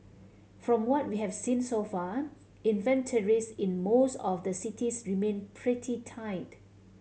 from what we have seen so far inventories in most of the cities remain pretty tight